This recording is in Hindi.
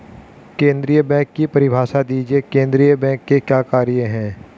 केंद्रीय बैंक की परिभाषा दीजिए केंद्रीय बैंक के क्या कार्य हैं?